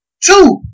Two